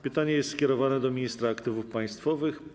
Pytanie jest skierowane do ministra aktywów państwowych.